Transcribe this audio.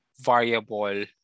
variable